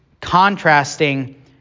contrasting